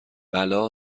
بلا